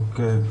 אוקי,